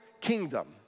kingdom